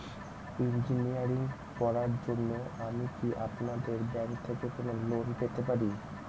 Engineering পড়ার জন্য আমি কি আপনাদের ব্যাঙ্ক থেকে কোন লোন পেতে পারি?